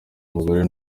umugore